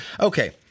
Okay